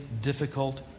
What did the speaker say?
difficult